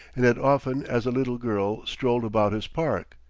and had often as a little girl strolled about his park.